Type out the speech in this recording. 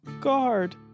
guard